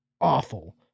awful